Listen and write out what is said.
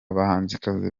bahanzikazi